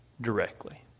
directly